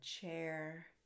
chair